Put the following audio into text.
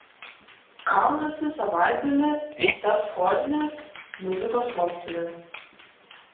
kaunasi savaitgalį taps chorinės muzikos sostine